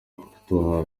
kutuba